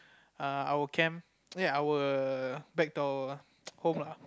err our camp ya our back to our home lah